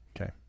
Okay